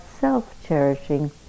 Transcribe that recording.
self-cherishing